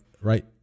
right